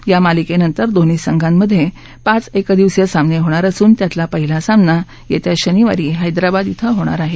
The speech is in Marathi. या मालिकेनंतर दोन्ही संघांमध्ये पाच क्रिदिवसीय सामने होणार असून त्यातला पहिला सामना येत्या शनिवारी हैदराबाद खे होणार आहे